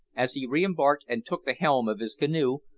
as he re-embarked and took the helm of his canoe,